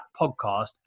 podcast